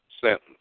sentence